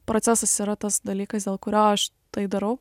procesas yra tas dalykas dėl kurio aš tai darau